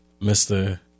Mr